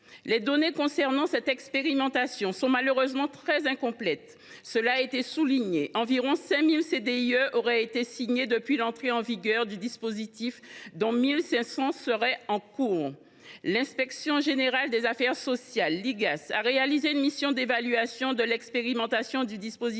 Les données concernant cette expérimentation sont malheureusement très incomplètes, comme cela a été souligné. Environ 5 000 CDIE auraient été signés depuis l’entrée en vigueur du dispositif, dont 1 500 seraient en cours. L’inspection générale des affaires sociales a réalisé une mission d’évaluation de l’expérimentation du dispositif.